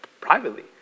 privately